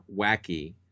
wacky